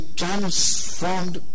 transformed